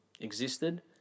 existed